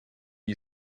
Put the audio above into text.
you